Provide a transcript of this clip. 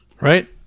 Right